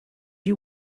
you